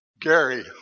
Gary